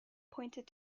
pointed